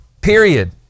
period